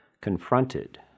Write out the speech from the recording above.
confronted